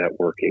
networking